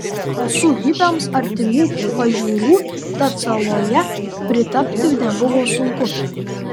esu hipiams artimų pažiūrų tad saloje pritapti nebuvo sunku